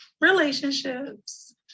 relationships